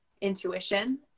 intuition